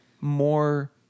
more